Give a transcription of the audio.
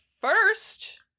first